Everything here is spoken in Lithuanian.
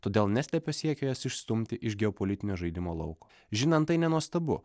todėl neslepia siekio jas išstumti iš geopolitinio žaidimo lauko žinant tai nenuostabu